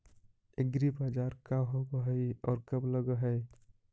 एग्रीबाजार का होब हइ और कब लग है?